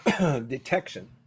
Detection